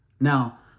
Now